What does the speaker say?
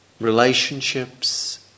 relationships